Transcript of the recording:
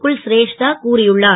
குல்ஸ் ரேஷ்தா கூறியுள்ளார்